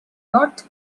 not